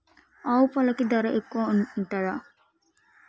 ఆవు పాలకి ధర ఎక్కువే ఉంటదా?